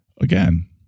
Again